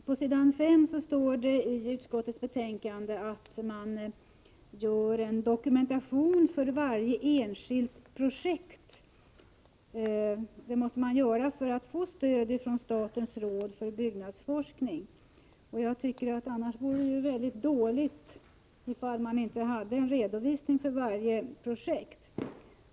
Herr talman! På s. 5 iutskottets betänkande står att en förutsättning för att erhålla stöd från statens råd för byggnadsforskning är att det sker en dokumentation av varje enskilt projekt. Det vore dåligt om man inte hade en redovisning för varje projekt.